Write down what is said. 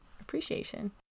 appreciation